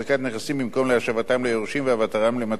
להשבתם ליורשים והעברתם למטרת סיוע והנצחה.